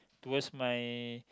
towards my